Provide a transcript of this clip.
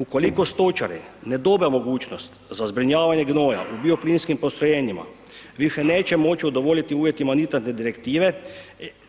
Ukoliko stočari ne dobe mogućnost za zbrinjavanje gnoja u bioplinskim postrojenjima, više neće moći udovoljiti uvjetima nitratne direktive,